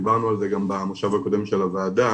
דיברנו על זה גם במושב הקודם של הוועדה.